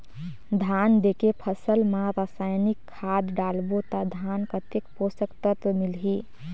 धान देंके फसल मा रसायनिक खाद डालबो ता धान कतेक पोषक तत्व मिलही?